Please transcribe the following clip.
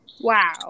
wow